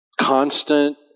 constant